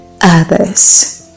others